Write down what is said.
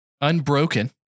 Unbroken